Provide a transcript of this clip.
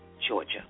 Georgia